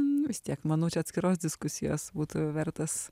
nu vis tiek manau čia atskiros diskusijos būtų vertas